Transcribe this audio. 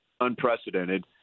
unprecedented